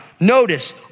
Notice